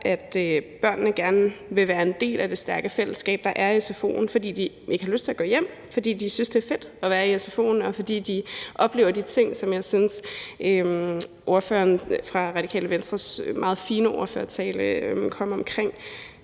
at børnene gerne vil være en del af det stærke fællesskab, der er i sfo'en, fordi de ikke har lyst til at gå hjem, fordi de synes, det er fedt at være i sfo'en, og fordi de oplever de ting, som jeg synes ordføreren for Radikale Venstres meget fine ordførertale kom omkring.